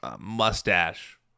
mustache